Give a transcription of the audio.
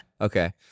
Okay